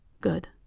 good